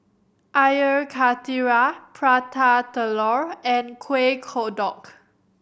Air Karthira Prata Telur and Kueh Kodok